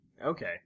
Okay